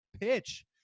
pitch